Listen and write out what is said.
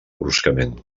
bruscament